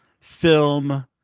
film